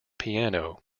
piano